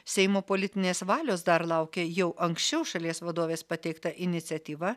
seimo politinės valios dar laukia jau anksčiau šalies vadovės pateikta iniciatyva